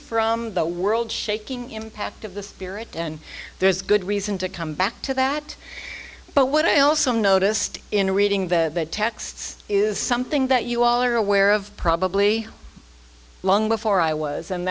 from the world shaking impact of the spirit and there's good reason to come back to that but what i also noticed in reading the texts is something that you all are aware of probably long before i was and